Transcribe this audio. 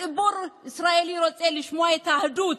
הציבור הישראלי רוצה לשמוע את האחדות,